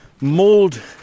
mold